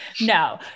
No